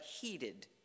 heated